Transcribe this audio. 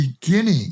beginning